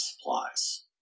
supplies